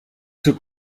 zoek